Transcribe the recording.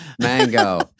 Mango